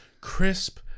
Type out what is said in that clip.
Crisp